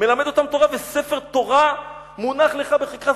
מלמד אותם תורה, וספר תורה מונח לך בחיקך.